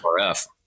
RF